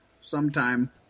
sometime